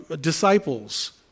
disciples